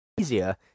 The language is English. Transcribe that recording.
easier